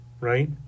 right